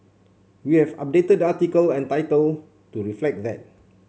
we have updated the article and title to reflect that